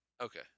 Okay